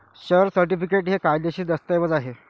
share certificate हे कायदेशीर दस्तऐवज आहे